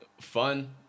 fun